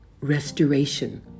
Restoration